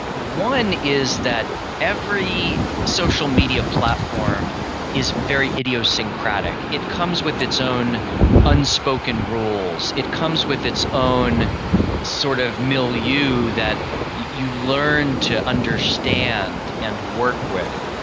one is that every social media platform is very idiosyncratic. it comes with its own unspoken rules, it comes with its own sort of milieu that you learn to understand and work with.